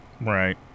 right